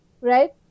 right